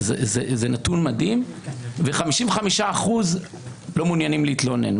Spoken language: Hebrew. זה נתון מדהים, ו-55% לא מעוניינים להתלונן.